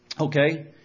Okay